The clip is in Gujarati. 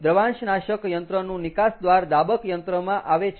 દ્રવાંશનાશક યંત્રનું નિકાસ દ્વાર દાબક યંત્રમાં આવે છે